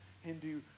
Hindu